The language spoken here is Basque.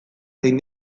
zein